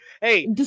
Hey